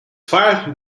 five